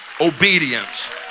obedience